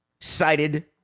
cited